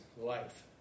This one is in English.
life